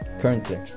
Currently